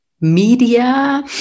media